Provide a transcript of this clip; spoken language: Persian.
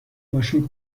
باشید